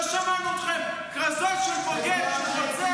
לא שמענו אתכם, כרזות של בוגד, של רוצח.